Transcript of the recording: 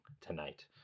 tonight